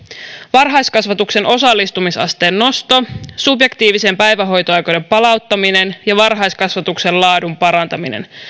varhaiskasvatuksen osallistumisasteen nosto subjektiivisen päivähoito oikeuden palauttaminen ja varhaiskasvatuksen laadun parantaminen